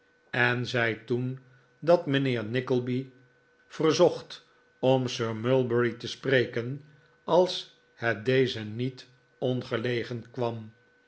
en zei toen dat mijnheer nickleby verzocht om sir mulberry te sprekeh als het dezen niet ongelegen kwam